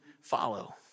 follow